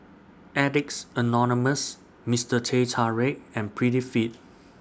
Addicts Anonymous Mister Teh Tarik and Prettyfit